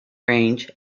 range